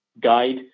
guide